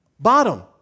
bottom